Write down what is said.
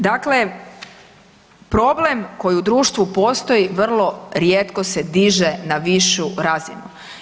Dakle, problem koji u društvu postoji vrlo rijetko se diže na višu razinu.